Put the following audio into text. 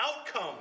outcome